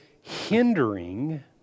hindering